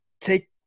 take